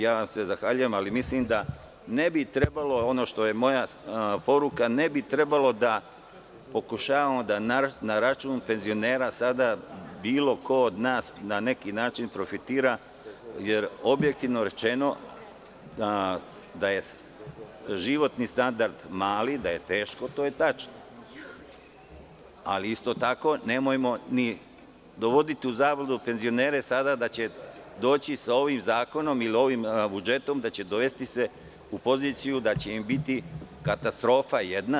Ja vam se zahvaljujem, ali mislim da ne bi trebalo, ono što je moja poruka, da pokušavamo da na račun penzionera sada bilo ko od nas na nekinačin profitira, jer, objektivno rečeno, da je životni standard mali, da je teško, to je tačno, ali isto takonemojmo ni dovoditi u zabludu penzionere sada da će se ovim zakonom ili sa ovim budžetom dovesti u poziciju da će im biti katastrofa jedna.